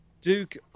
duke